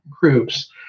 groups